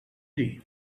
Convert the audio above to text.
dir